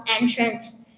entrance